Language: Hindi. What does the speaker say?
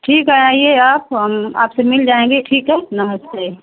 ठीक है आइए आप हम आपसे मिल जाएँगे ठीक है नमस्ते